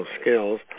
skills